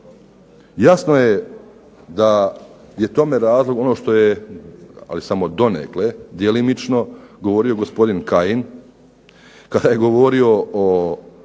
Jasno je da je tome razlog ono što je, ali samo donekle, djelomično, govorio gospodin Kajin kada je govorio o